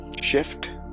shift